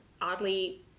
oddly